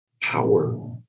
power